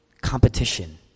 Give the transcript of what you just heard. competition